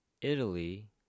Italy